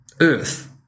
earth